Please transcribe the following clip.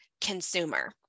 consumer